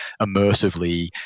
immersively